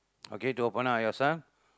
okay to open up yourself